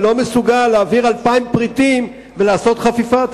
אני לא מסוגל להעביר 2,000 פריטים ולעשות חפיפה,